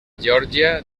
geòrgia